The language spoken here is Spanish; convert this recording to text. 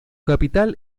capital